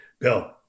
Bill